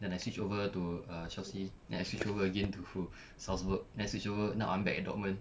then I switch over to uh chelsea then I switch over again to zagreb then switch over now I'm back at dortmund